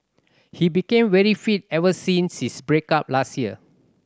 he became very fit ever since his break up last year